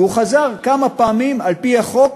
והוא חזר כמה פעמים: על-פי החוק,